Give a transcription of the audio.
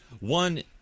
one